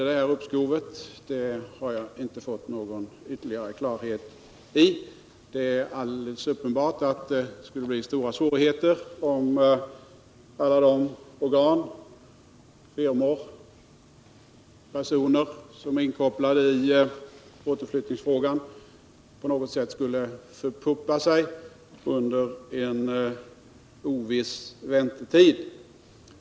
Detta har jag inte fått någon ytterligare klarhet i. Det är alldeles uppenbart att det skulle bli stora svårigheter om alla de organ, firmor och personer som är inkopplade i återflyttningsfrågan på något sätt skulle ”förpuppa sig” under en oviss väntetid.